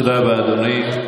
תודה רבה, אדוני.